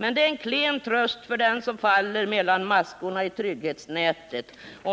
Men det är en klen tröst för den som faller emellan maskorna i trygghetsnätet.